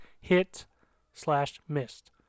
hit-slash-missed